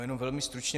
Jenom velmi stručně.